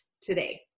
today